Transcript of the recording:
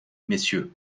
messieurs